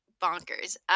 bonkers